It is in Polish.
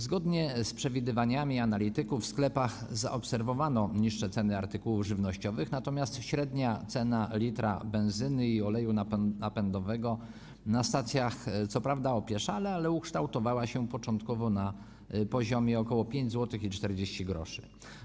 Zgodnie z przewidywaniami analityków w sklepach zaobserwowano niższe ceny artykułów żywnościowych, natomiast średnia cena litra benzyny i oleju napędowego na stacjach co prawda opieszale, ale ukształtowała się początkowo na poziomie ok. 5,40 zł.